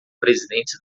presidentes